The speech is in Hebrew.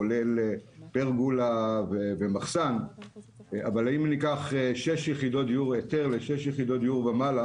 כולל פרגולה ומחסן אבל אם ניקח היתר לשש יחידות דיור ומעלה